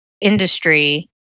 industry